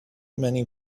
many